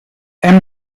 hem